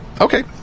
Okay